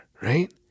right